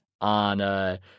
on –